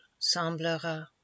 semblera